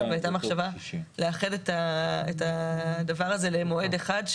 הייתה מחשבה לאחד את זה למועד אחד,